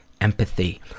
empathy